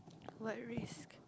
what risks